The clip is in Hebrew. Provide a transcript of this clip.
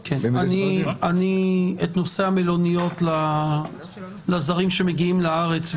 את נושא המלוניות לזרים שמגיעים לארץ,